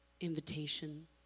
invitation